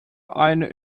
eine